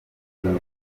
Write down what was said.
inteko